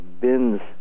bins